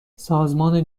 سازمان